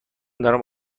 دارم